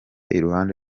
iruhande